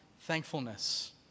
thankfulness